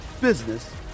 business